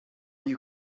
you